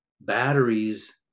batteries